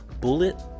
Bullet